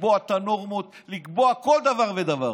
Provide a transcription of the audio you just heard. לקבוע את הנורמות, לקבוע כל דבר ודבר.